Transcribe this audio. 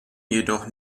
jedoch